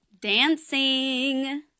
Dancing